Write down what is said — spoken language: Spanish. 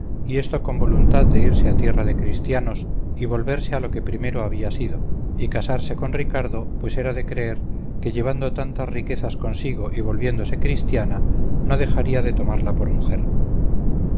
y esto con voluntad de irse a tierra de cristianos y volverse a lo que primero había sido y casarse con ricardo pues era de creer que llevando tantas riquezas consigo y volviéndose cristiana no dejaría de tomarla por mujer